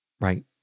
right